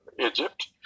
Egypt